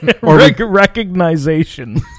recognition